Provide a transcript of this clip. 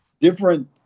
different